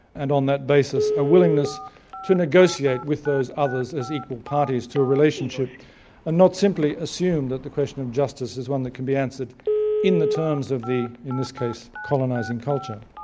and on that basis, a willingness to negotiate with those others as equal parties to a relationship and not simply assume that the question of justice is one that can be answered in the terms of the, in this case, colonizing culture.